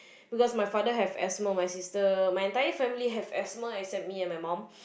because my father have asthma my sister my entire family have asthma except me and my mum